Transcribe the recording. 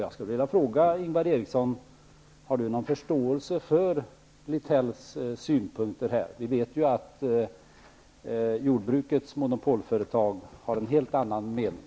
Jag skulle vilja fråga Ingvar Eriksson om han har någon förståelse för Lithells synpunkter. Vi vet att jordbrukets monopolföretag har en helt annan mening.